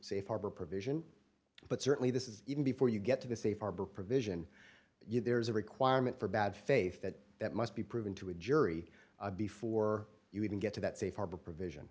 safe harbor provision but certainly this is even before you get to the safe harbor provision you there's a requirement for bad faith that that must be proven to a jury before you even get to that safe harbor provision